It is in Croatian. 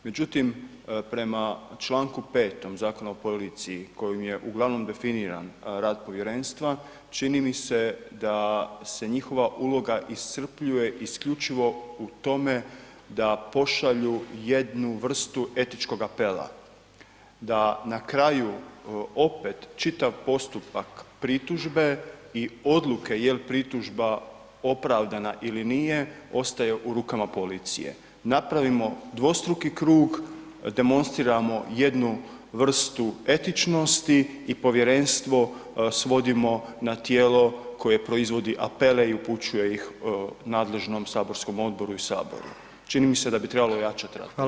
Međutim, prema čl. 5. Zakona o policiji kojim je uglavnom definiran rad povjerenstva čini mi se da se njihova uloga iscrpljuje isključivo u tome da pošalju jednu vrstu etičkog apela, da na kraju opet čitav postupak pritužbe i odluke jel pritužba opravdana ili nije, ostaje u rukama policije, napravimo dvostruki krug, demonstrirajmo jednu vrstu etničnosti i povjerenstvo svodimo na tijelo koje proizvodi apele i upućuje ih nadležnom saborskom odboru i Saboru, čini mi se da bi trebalo ojačati rad povjerenstva.